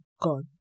God